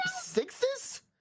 sixes